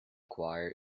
choir